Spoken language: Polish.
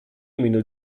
minut